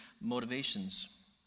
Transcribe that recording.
motivations